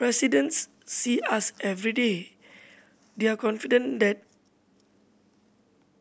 residents see us everyday they are confident that